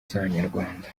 z’abanyarwanda